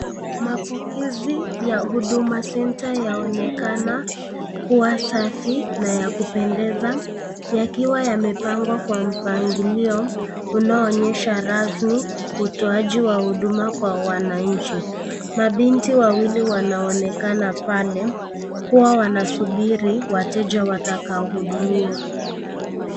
Mapokezi ya huduma center yaonekana kuwa safi na ya kupendeza. Yakiwa yamepangua Kwa mpangilio inaonyesha rasmi, utoaji wa huduma Kwa wananchi. Mabinti wawili wanaonekana pale, kuwa wanasubiri wateja watakao hudumiwa.